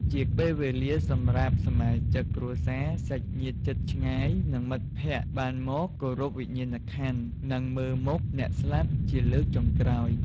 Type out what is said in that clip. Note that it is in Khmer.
ជាពេលវេលាសម្រាប់សមាជិកគ្រួសារ សាច់ញាតិជិតឆ្ងាយ និងមិត្តភក្តិបានមក គោរពវិញ្ញាណក្ខន្ធ និងមើលមុខអ្នកស្លាប់ជាលើកចុងក្រោយ។